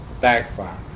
backfire